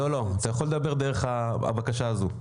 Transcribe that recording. אתה יכול לדבר דרך הבקשה הזו.